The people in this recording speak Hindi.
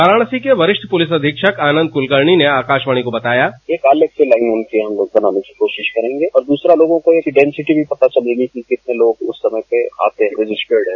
वाराणसी के वरिष्ठ पुलिस अधीक्षक आनन्द कुलकर्णी ने आकाशवाणी को बताया एक अलग से लाइन होनी चाहिए हम लोग बनाने की कोशिश करेंगे और दूसरा लोगों को यह है कि डेनसिटी भी पता चलेगी कि लोग कितने लोग इस समय पर आते हैं रजिस्टर्ड हैं